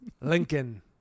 Lincoln